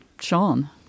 Sean